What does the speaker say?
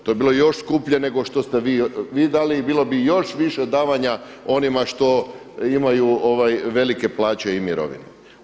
To bi bilo još skuplje nego što ste vi dali i bilo bi još više davanja onima što imaju velike plaće i mirovine.